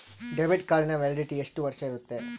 Debit ಕಾರ್ಡಿನ validity ಎಷ್ಟು ವರ್ಷ ಇರುತ್ತೆ?